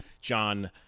John